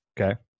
Okay